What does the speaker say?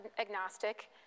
agnostic